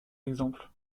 exemple